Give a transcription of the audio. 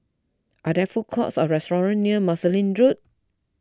are there food courts or restaurants near Marsiling Road